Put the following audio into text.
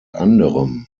anderem